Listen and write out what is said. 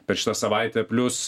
per šitą savaitę plius